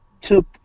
took